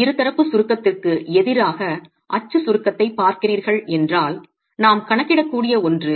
இருதரப்பு சுருக்கத்திற்கு எதிராக அச்சு சுருக்கத்தைப் பார்க்கிறீர்கள் என்றால் நாம் கணக்கிடக்கூடிய ஒன்று